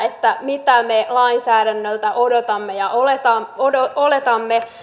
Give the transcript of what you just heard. mitä me lainsäädännöltä odotamme ja oletamme